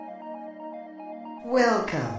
Welcome